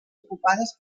ocupades